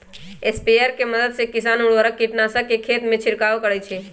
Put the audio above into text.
sprayer के मदद से किसान उर्वरक, कीटनाशक के खेतमें छिड़काव करई छई